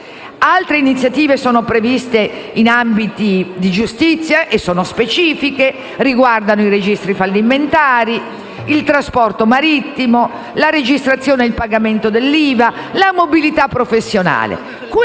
altre iniziative in ambito di giustizia, e sono specifiche. Riguardano i registri fallimentari, il trasporto marittimo, la registrazione e il pagamento dell'IVA, la mobilità professionale.